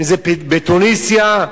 אם בתוניסיה,